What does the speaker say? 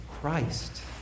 Christ